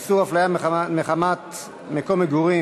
(תיקון מס' 22) (איסור הפליה מחמת מקום מגורים),